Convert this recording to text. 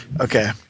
Okay